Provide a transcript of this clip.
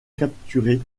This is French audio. capturé